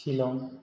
Shillong